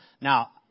Now